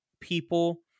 people